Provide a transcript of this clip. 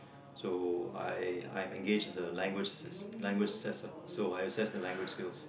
so I I'm engaged as a language assess language assessor so I assess their language skills